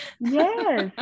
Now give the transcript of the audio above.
yes